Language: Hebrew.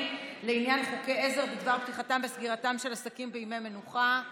לעניין חוקי עזר בדבר פתיחתם וסגירתם של עסקים בימי מנוחה).